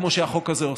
כמו שהחוק הזה עושה,